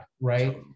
right